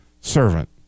servant